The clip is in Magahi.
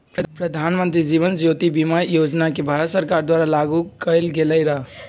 प्रधानमंत्री जीवन ज्योति बीमा योजना के भारत सरकार द्वारा लागू कएल गेलई र